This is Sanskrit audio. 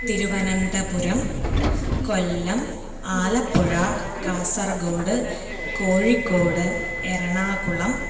तिरुवनन्तपुरं कोल्लम् आलप्पुषा कासर्गोड् कोरिकोड् एर्नाकुलम्